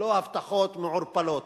לא הבטחות מעורפלות.